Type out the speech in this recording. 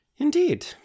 Indeed